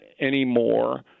anymore